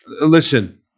Listen